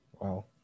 Wow